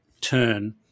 turn